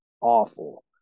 awful